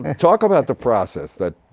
and talk about the process that